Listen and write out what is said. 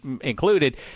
included